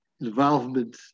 involvement